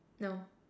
no